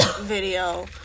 Video